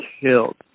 killed